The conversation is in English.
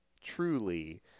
truly